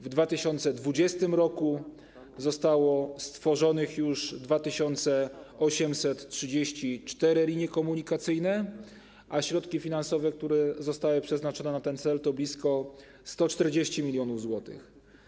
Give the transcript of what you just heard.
W 2020 r. zostały stworzone 2834 linie komunikacyjne, a środki finansowe, które zostały przeznaczone na ten cel, to blisko 140 mln zł.